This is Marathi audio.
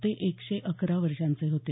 ते एकशे अकरा वर्षांचे होते